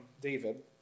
David